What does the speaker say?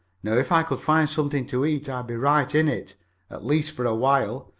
now if i could find something to eat i'd be right in it at least for a while,